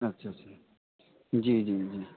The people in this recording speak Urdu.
اچھا اچھا جی جی جی